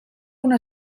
una